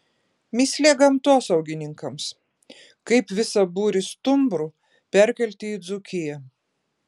mįslė gamtosaugininkams kaip visą būrį stumbrų perkelti į dzūkiją